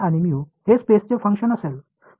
மாணவர் மற்றும் இது ஸ்பேஸ் இன் செயல்பாடாக இருக்கும்